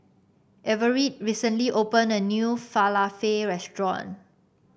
Everette recently opened a new Falafel restaurant